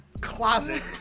closet